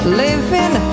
living